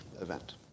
event